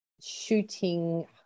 shooting